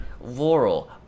laurel